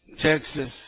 Texas